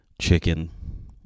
chicken